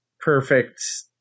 perfect